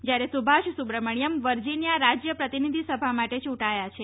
જ્યારે સુભાષ સુબ્રમણ્યમ વર્જિનિયા રાજ્ય પ્રતિનિધિ સભા માટે યૂંટાયા છે